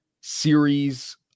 series